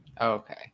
Okay